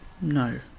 No